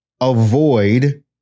avoid